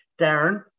Darren